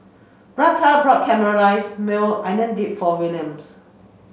Retha bought Caramelized Maui Onion Dip for Williams